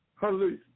Hallelujah